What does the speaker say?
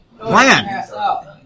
plan